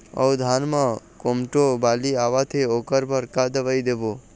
अऊ धान म कोमटो बाली आवत हे ओकर बर का दवई देबो?